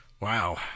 Wow